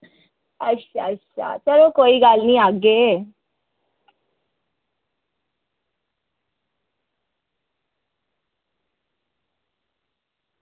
अच्छा अच्छा चलो कोई गल्ल निं आह्गे